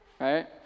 right